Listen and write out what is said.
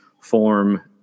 form